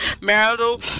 marital